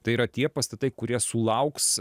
tai yra tie pastatai kurie sulauks